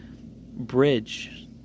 bridge